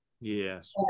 yes